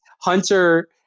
Hunter